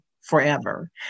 forever